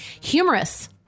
Humorous